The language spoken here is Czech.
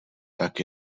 tak